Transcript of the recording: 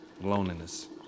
Loneliness